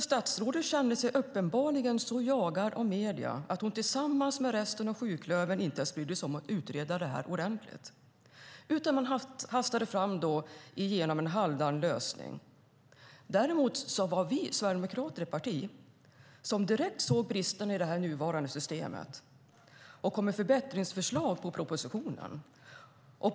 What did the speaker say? Statsrådet kände sig uppenbarligen så jagad av medierna att hon, tillsammans med resten av sjuklövern, inte ens brydde sig om att utreda detta ordentligt utan hastade igenom en halvdan lösning. Vi sverigedemokrater såg däremot direkt bristerna i det nuvarande systemet och kom med förbättringsförslag på propositionen.